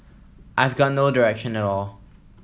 I've got no direction at all